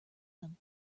them